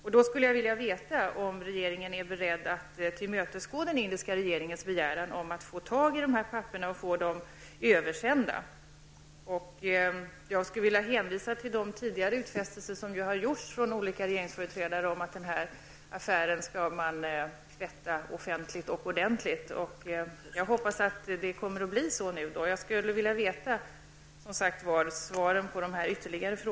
Jag skulle då vilja veta om regeringen är beredd att tillmötesgå den indiska regeringens begäran att få ta del av de pappren och få dem översända. Jag skulle vilja hänvisa till de utfästelser som tidigare har gjorts från olika regeringsföreträdare om att byken i den här affären skall tvättas offentligt och ordentligt. Jag hoppas att det kommer att bli så nu då.